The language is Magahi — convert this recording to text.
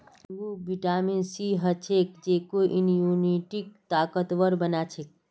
नींबूत विटामिन सी ह छेक जेको इम्यूनिटीक ताकतवर बना छेक